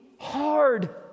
Hard